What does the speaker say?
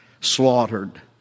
slaughtered